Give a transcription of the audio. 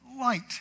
Light